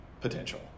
potential